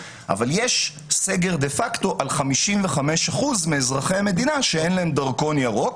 אבל יש סגר דה-פקטו על 55% מאזרחי המדינה שאין להם דרכון ירוק,